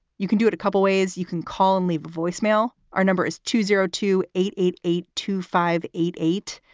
you can do it a couple ways. you can call and leave a voicemail. our number is two zero two eight eight eight two five eight eight.